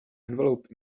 envelope